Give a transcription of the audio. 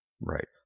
Right